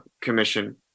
commission